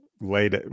late